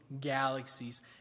galaxies